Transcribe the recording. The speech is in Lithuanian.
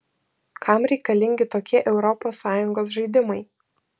kam reikalingi tokie europos sąjungos žaidimai